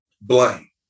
blame